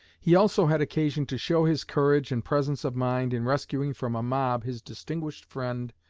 he also had occasion to show his courage and presence of mind in rescuing from a mob his distinguished friend,